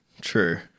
true